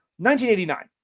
1989